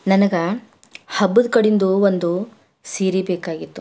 ನನಗೆ ಹಬ್ಬದ ಕಡಿಂದು ಒಂದು ಸೀರೆ ಬೇಕಾಗಿತ್ತು